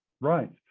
Right